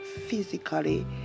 physically